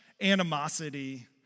animosity